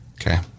Okay